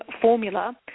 formula